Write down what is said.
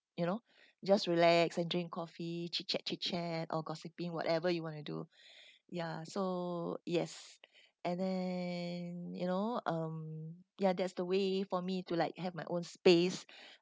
you know just relax and drink coffee chit chat chit chat or gossiping whatever you want to do ya so yes and then you know um ya that's the way for me to like have my own space